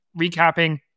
recapping